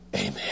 Amen